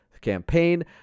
campaign